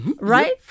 Right